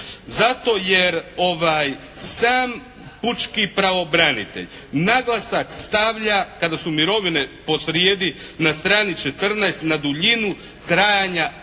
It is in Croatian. Zato jer ovaj sam pučki pravobranitelj naglasak stavlja kada su mirovine posrijedi na strani 14 na duljinu trajanja